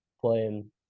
playing